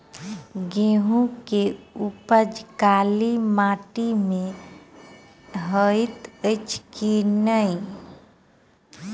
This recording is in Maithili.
गेंहूँ केँ उपज काली माटि मे हएत अछि की नै?